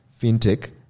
fintech